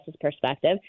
perspective